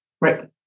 Right